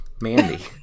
Mandy